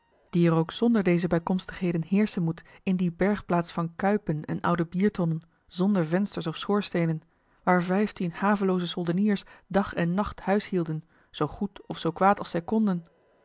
die er ook zonder deze bijkomstigheden heerschen moet in die bergplaats van kuipen en oude biertonnen zonder vensters of schoorsteenen waar vijftien havelooze soldeniers dag en nacht huis hielden zoo goed of zoo kwaad als